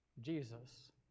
Jesus